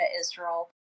israel